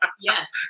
Yes